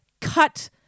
cut